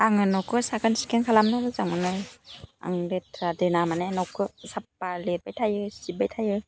आङो न'खौ साखोन सिखोन खालामनो मोजां मोनो आं लेथ्रा दोना माने न'खौ साफ्फा लेरबाय थायो सिबबाय थायो